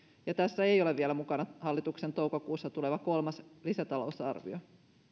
ja tässä ei ole vielä mukana hallituksen toukokuussa tuleva kolmas lisätalousarvio